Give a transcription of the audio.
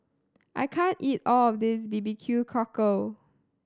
I can't eat all of this B B Q Cockle